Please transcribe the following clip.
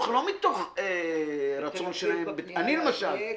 לא מתוך רצון שלהם, אני, למשל,